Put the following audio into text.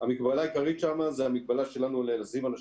המגבלה העיקרית שם זו המגבלה שלנו לשים אנשים,